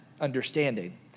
understanding